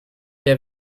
der